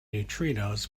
neutrinos